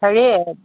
হেৰি